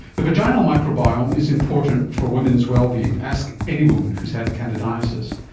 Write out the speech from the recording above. the vaginal microbiome is important for women's well-being. ask any woman who has had candidiasis.